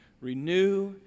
Renew